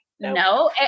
No